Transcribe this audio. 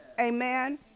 Amen